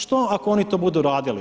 Što ako oni to budu radili?